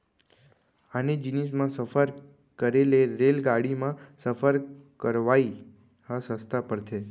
आने जिनिस म सफर करे ले रेलगाड़ी म सफर करवाइ ह सस्ता परथे